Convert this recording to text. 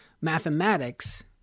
mathematics